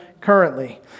currently